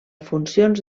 funcions